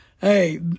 Hey